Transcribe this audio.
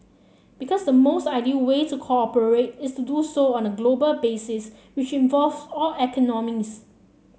because the most ideal way to cooperate is to do so on a global basis which involves all economies